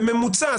בממוצע.